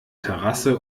terrasse